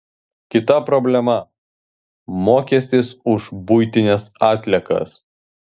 kita problema mokestis už buitines atliekas